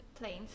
planes